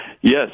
Yes